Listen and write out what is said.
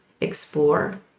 explore